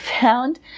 found